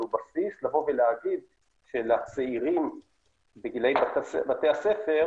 בסיס להגיד שלצעירים בגילאי בתי הספר,